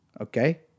Okay